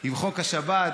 עם חוק השבת,